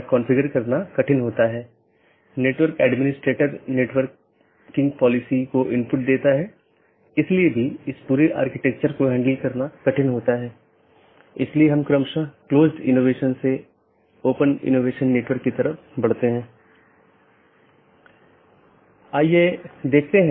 यदि हम पूरे इंटरनेट या नेटवर्क के नेटवर्क को देखते हैं तो किसी भी सूचना को आगे बढ़ाने के लिए या किसी एक सिस्टम या एक नेटवर्क से दूसरे नेटवर्क पर भेजने के लिए इसे कई नेटवर्क और ऑटॉनमस सिस्टमों से गुजरना होगा